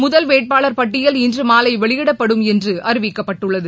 முதல் வேட்பாளர் பட்டியல் இன்று மாலை வெளியிடப்படும் என்று அறிவிக்கப்பட்டுள்ளது